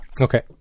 Okay